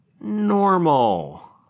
Normal